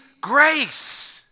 grace